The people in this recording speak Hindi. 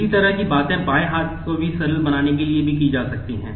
इसी तरह की बातें बाएं हाथ को भी सरल बनाने के लिए की जा सकती हैं